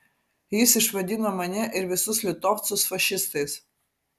jis išvadino mane ir visus litovcus fašistais